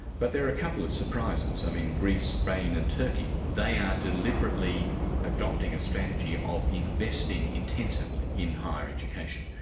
but there are a couple of surprises. i mean greece, spain and turkey, they are deliberately adopting a strategy of investing intensively in higher education.